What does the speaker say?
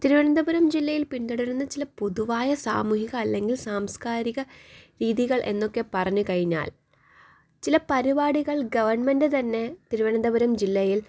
തിരുവനന്തപുരം ജില്ലയിൽ പിന്തുടരുന്ന ചില പൊതുവായ സാമൂഹിക അല്ലെങ്കിൽ സാംസ്കാരിക രീതികൾ എന്നൊക്കെ പറഞ്ഞു കഴിഞ്ഞാൽ ചില പരിപാടികൾ ഗവൺമെൻറ്റ് തന്നെ തിരുവനന്തപുരം ജില്ലയിൽ